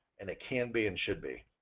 and it can be and should be.